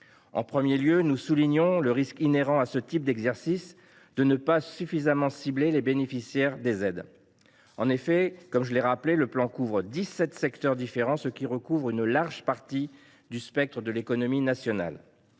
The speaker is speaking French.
En premier lieu, nous soulignons le risque, inhérent à ce type d’exercice, de ne pas suffisamment cibler les bénéficiaires des aides. Comme je l’ai rappelé, le plan couvre dix sept secteurs différents et donc un large pan du spectre de l’économie nationale.